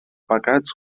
pecats